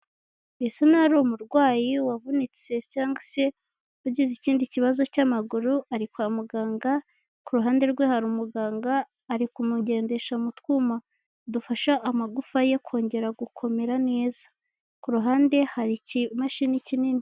Bisa naho ari umurwayi wavunitse cyangwa se wagize ikindi kibazo cy'amaguru, ari kwa muganga, ku ruhande rwe hari umuganga, ari kumugendesha mu twuma dufasha amagufa ye kongera gukomera neza. Ku ruhande hari ikimashini kinini.